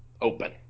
open